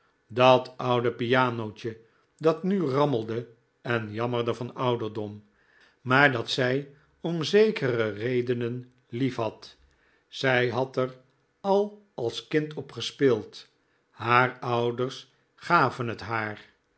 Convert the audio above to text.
dat oude pianootje dat nu rammelde en jammerde van ouderdom maar dat zij om zekere redenen lief had zij had er al als kind op gespeeld haar ouders gaven het haar